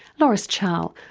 loris chahl,